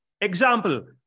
Example